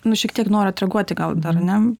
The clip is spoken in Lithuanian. nu šiek tiek noriu atreaguoti gal dar ne